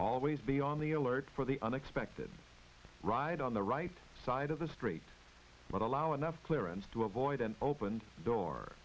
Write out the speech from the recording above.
always be on the alert for the unexpected ride on the right side of the street but allow enough clearance to avoid an opened door